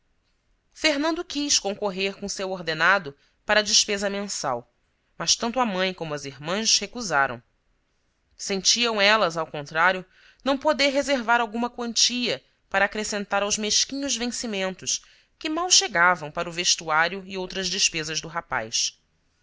fernando quis concorrer com seu ordenado para a despesa mensal mas tanto a mãe como as irmãs recusaram sentiam elas ao contrário não poder reservar alguma quantia para acrescentar aos mesquinhos vencimentos que mal chegavam para o vestuário e outras despesas do rapaz